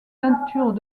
peintures